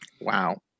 Wow